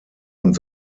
und